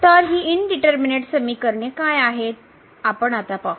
तर हि इनडीटरमीनेट समीकरणे काय आहेत आपण आता पाहू